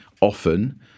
often